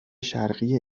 شرقی